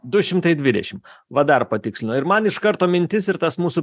du šimtai dvidešim va dar patikslino ir man iš karto mintis ir tas mūsų